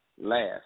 last